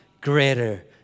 greater